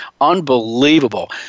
Unbelievable